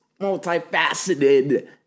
multifaceted